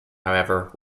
however